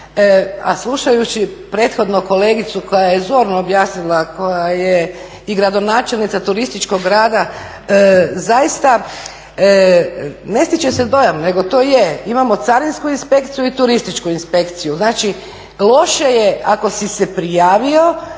a slušajući prethodno kolegicu koja je zorno objasnila, koja je i gradonačelnica turističkog grada, zaista ne stiče se dojam, nego to je, imamo carinsku inspekciju i turističku inspekciju. Znači, loše je ako si se prijavio